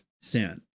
sin